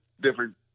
different